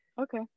Okay